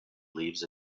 leaves